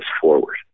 forward